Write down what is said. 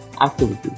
activity